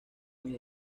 muy